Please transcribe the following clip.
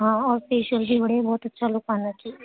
ہاں اور فیشیل سے بڑھیا بہت اچھا لک آنا چاہیے